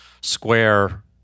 Square